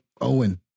Owen